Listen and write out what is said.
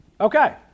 Okay